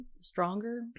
stronger